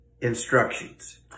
instructions